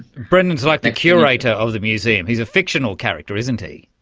brendan is like the curator of the museum, he is a fictional character, isn't he.